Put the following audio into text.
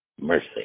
mercy